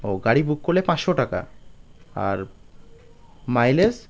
ও গাড়ি বুক করলে পাঁচশো টাকা আর মাইলেজ